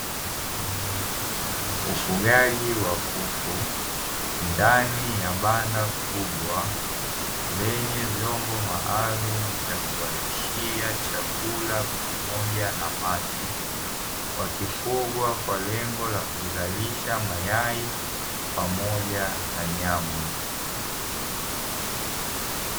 Ufugaji wa kuku ndani ya banda kubwa lenye vyombo maalumu vya kuwalishia chakula pamoja na maji, wakifugwa kwa lengo la kuzalisha mayai pamoja na nyama.